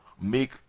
make